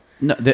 No